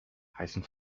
heißen